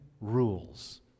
rules